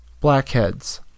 Blackheads